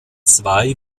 zwei